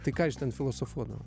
tai ką jūs ten filosofuodavot